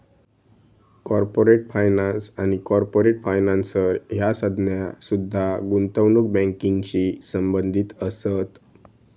corporate finance आणि corporate financer ह्या संज्ञा सुद्धा गुंतवणूक बँकिंगशी संबंधित असत